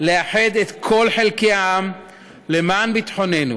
לאחד את כל חלקי העם למען ביטחוננו